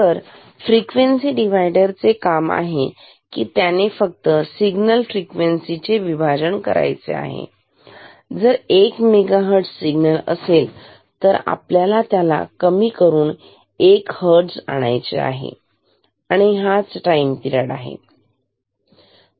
तर frequency divider चे काम आहे की त्यानी फक्त सिग्नल फ्रिक्वेन्सी चे विभाजन करण आहे जर 1 मेगा हर्ट्झ सिग्नल असेल तर आपल्याला त्याला कमी करून 1 हर्ट्झ आणायचे आहे आणि हाच टाईम पेरिड आहे